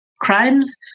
crimes